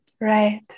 Right